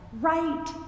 right